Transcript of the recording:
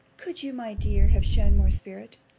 could you, my dear, have shewn more spirit?